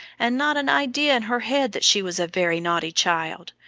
and not an idea in her head that she was a very naughty child,